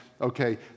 Okay